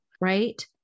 right